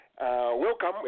welcome